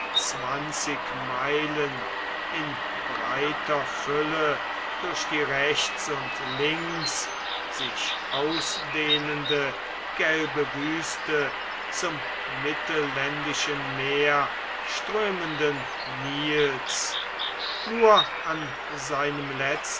zwanzig meilen in breiter fülle durch die rechts und links sich ausdehnende gelbe wüste zum mittelländischen meer strömenden nils nur an seinem letzten